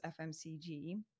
FMCG